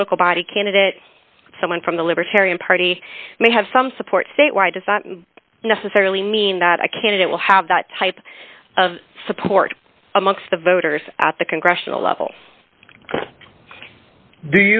political body candidate someone from the libertarian party may have some support statewide does not necessarily mean that a candidate will have that type of support amongst the voters at the congressional level do